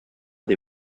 des